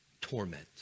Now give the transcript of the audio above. torment